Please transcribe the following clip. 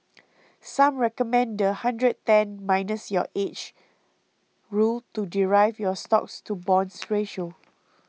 some recommend the 'hundred ten minus your age' rule to derive your stocks to bonds ratio